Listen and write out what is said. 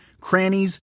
crannies